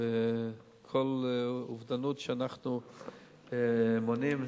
וכל אובדנות שאנחנו מונעים,